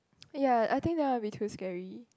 ya I think that might be too scary